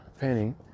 painting